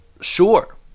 sure